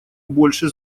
больше